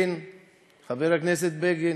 חבר הכנסת בגין